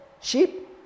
sheep